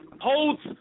holds